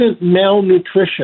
malnutrition